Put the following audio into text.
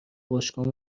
باشگاه